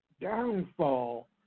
downfall